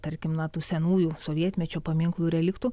tarkim nuo tų senųjų sovietmečio paminklų reliktų